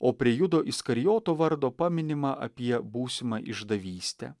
o prie judo iskarijoto vardo paminima apie būsimą išdavystę